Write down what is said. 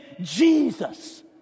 Jesus